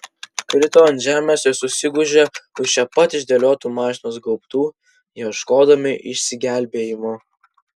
krito ant žemės ir susigūžė už čia pat išdėliotų mašinos gaubtų ieškodami išsigelbėjimo